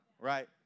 right